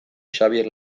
xabier